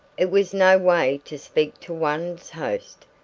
it was no way to speak to one's host.